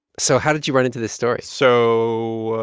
so how did you run into this story? so